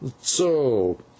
So